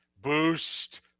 boost